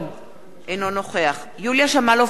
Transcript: אינו נוכח יוליה שמאלוב-ברקוביץ,